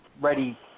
ready